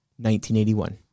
1981